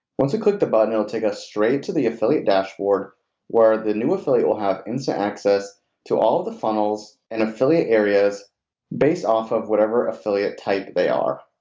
once we click the button it'll take us straight to the affiliate dashboard where the new affiliate will have instant access to all the funnels and affiliate areas based off of whatever affiliate type they are.